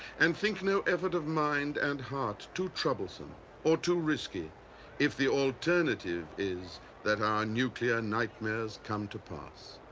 and think no effort of mind and heart too troublesome or too risky if the alternative is that our nuclear nightmares come to pass.